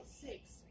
six